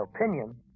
opinion